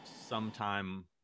sometime